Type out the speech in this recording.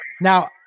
Now